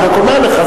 אני רק אני אומר לך,